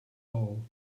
all